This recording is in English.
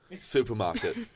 supermarket